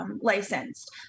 Licensed